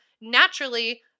naturally